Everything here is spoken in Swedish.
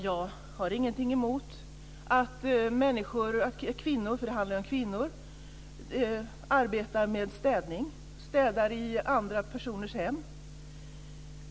Jag har ingenting emot att kvinnor arbetar med att städa i andra människors hem.